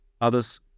others